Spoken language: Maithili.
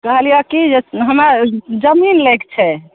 कहलियौ की जे हमरा जमीन लैके छै